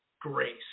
grace